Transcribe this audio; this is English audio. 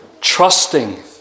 trusting